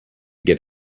get